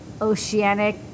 Oceanic